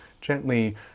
gently